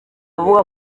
avuga